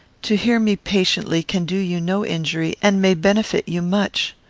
to hear me patiently can do you no injury, and may benefit you much.